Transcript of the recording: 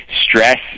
stress